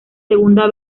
segunda